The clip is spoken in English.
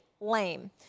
lame